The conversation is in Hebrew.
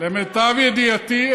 למיטב ידיעתי,